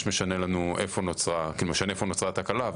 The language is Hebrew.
משנה איפה נוצרה משנה איפה נוצרה התקלה,